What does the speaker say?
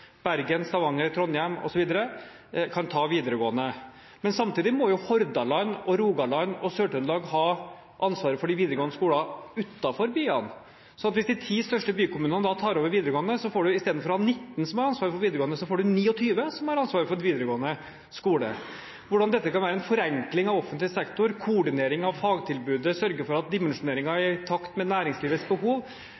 Bergen, Stavanger, Trondheim osv. kan ta over videregående, men samtidig må Hordaland, Rogaland og Sør-Trøndelag ha ansvaret for de videregående skolene utenfor byene. Så hvis de ti største bykommunene tar over de videregående skolene, blir det 29 istedenfor 19 som har ansvaret for videregående. Hvordan dette kan være en forenkling av offentlig sektor, koordinering av fagtilbudet, og hvordan dette kan sørge for at dimensjoneringen er i takt med næringslivets behov,